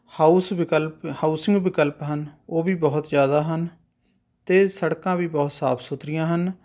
house ਵਿਕਲਪ housing ਵਿਕਲਪ ਹਨ ਉਹ ਵੀ ਬਹੁਤ ਜ਼ਿਆਦਾ ਹਨ ਅਤੇ ਸੜਕਾਂ ਵੀ ਬਹੁਤ ਸਾਫ਼ ਸੁਥਰੀਆਂ ਹਨ